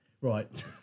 right